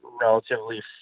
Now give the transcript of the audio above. relatively